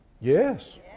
Yes